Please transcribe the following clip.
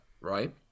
right